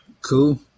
Cool